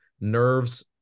nerves